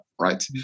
Right